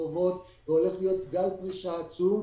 הקרובות והולך להיות גל פרישה עצום.